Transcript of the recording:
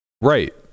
Right